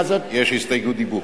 גם להצעה הזאת, יש הסתייגות דיבור.